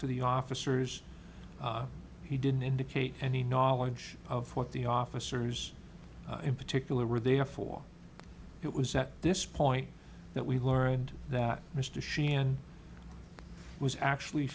to the officers he didn't indicate any knowledge of what the officers in particular were there for it was at this point that we learned that mr sheehan was actually